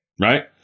right